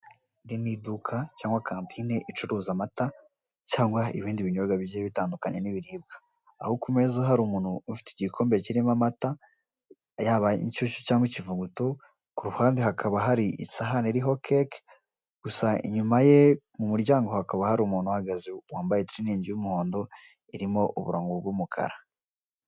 Iri ni iduka cyangwa se kantine icuruza amata cyangwa ibindi binyobwa bigiye bitandukanye n'ibiribwa; aho ku meza hari umuntu ufite igikombe kirimo amata yaba, inshyushyu cyangwa ikivuguto; ku ruhande hakaba hari isahani iriho keke; gusa inyuma ye mu muryango hakaba hari umuntu uhagaze wambaye itiriningi y'umuhondo irimo uburongo bw'umukara.